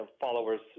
followers